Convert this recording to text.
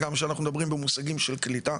גם שכשאנחנו מדברים במושגים של קליטה,